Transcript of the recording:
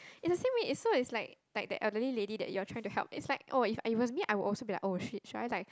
it's the same way it's so it's like like the elderly lady that you are trying to help it's like oh if it was me I will also be like oh shit should I like